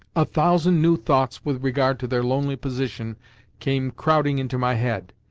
a thousand new thoughts with regard to their lonely position came crowding into my head,